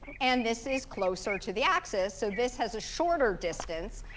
and this is closer to the axis, so this has a shorter distance.